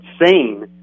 insane